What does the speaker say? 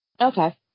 Okay